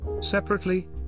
Separately